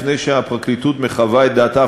לפני שהפרקליטות מחווה את דעתה,